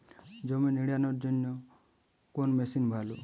জমি নিড়ানোর জন্য কোন মেশিন ভালো?